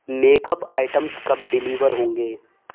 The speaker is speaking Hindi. मेकअप आइटम्स कब डिलीवर होंगे